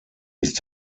ist